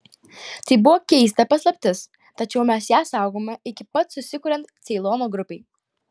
tai buvo keista paslaptis tačiau mes ją saugojome iki pat susikuriant ceilono grupei